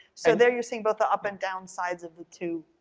so there you're seeing both the up and down sides of the two.